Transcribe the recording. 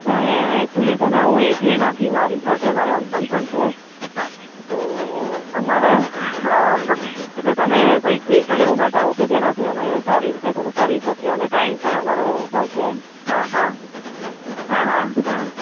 યા યા એકચ્યુલી છે ને હું એકલી નથી મારી સાથે મારા હસબંડ પણ છે હા તો અમારા એટલે તમે કોઈક વિહકલ એવું બતાવો કે જેનાથી અમે સારી રીતે થોડું ફરી શકી એ ટાઇમ પણ અમારો બચે એમ હા હા હા હા હા